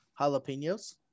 jalapenos